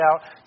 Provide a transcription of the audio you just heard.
out